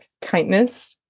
Kindness